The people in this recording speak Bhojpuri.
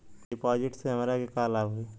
डिपाजिटसे हमरा के का लाभ होई?